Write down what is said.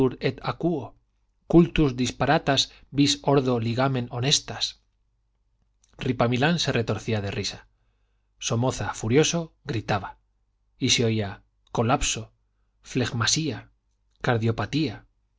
cultus disparitas vis ordo ligamen honestas ripamilán se retorcía de risa somoza furioso gritaba y se oía colapso flegmasía cardiopatía